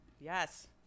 yes